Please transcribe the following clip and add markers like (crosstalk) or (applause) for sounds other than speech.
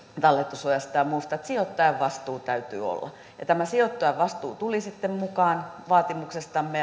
talletussuojasta ja muusta että sijoittajan vastuu täytyy olla tämä sijoittajan vastuu tuli sitten mukaan vaatimuksestamme (unintelligible)